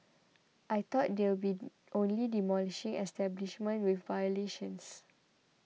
I thought they'll be only demolishing establishments with violations